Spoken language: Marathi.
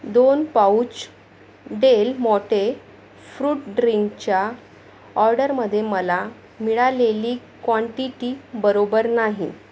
दोन पाऊच डेल माँटे फ्रुट ड्रिंकच्या ऑर्डरमध्ये मला मिळालेली क्वांटिटी बरोबर नाही